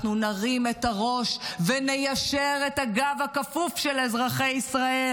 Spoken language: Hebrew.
אנחנו נרים את הראש וניישר את הגב הכפוף של אזרחי ישראל,